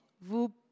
Vous